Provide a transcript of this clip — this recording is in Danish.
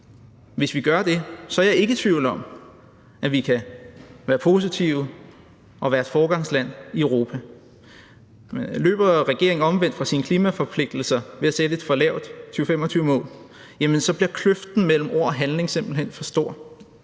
Hvis vi gør det, er jeg ikke i tvivl om, at vi kan være positive og være et foregangsland i Europa. Løber regeringen omvendt fra sine klimaforpligtelser ved at sætte et for lavt 2025-mål, så bliver kløften mellem ord og handling simpelt